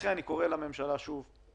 לכן אני קורא שוב לממשלה תתעשתו,